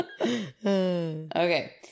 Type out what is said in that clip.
Okay